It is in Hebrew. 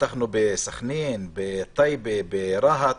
פתחנו בסח'נין, בטייבה וברהט.